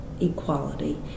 equality